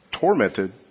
tormented